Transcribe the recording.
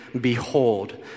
Behold